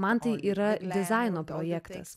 man tai yra dizaino projektas